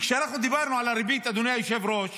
כשאנחנו דיברנו על הריבית, אדוני היושב-ראש,